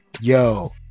yo